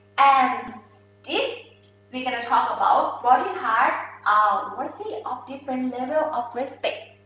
and this we can talk about body parts are worthy of different level of respect.